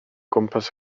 gwmpas